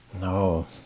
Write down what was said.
No